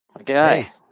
Okay